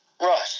right